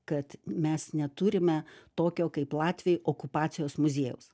kad mes neturime tokio kaip latviai okupacijos muziejaus